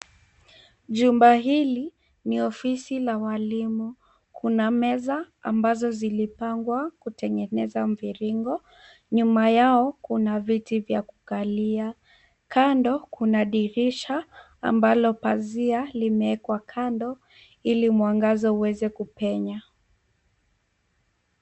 Jumba hili ni ofisi la walimu. Kuna meza ambazo zilipangwa kutengeneza mviringo. Nyuma yao kuna viti vya kukalia, kando kuna dirisha ambalo pazia limewekwa kando ili mwangaza uweze kupenya.